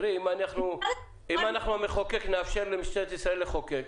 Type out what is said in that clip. אם אנחנו המחוקק נאפשר למשטרת ישראל לחוקק,